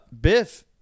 Biff